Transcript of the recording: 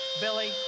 Billy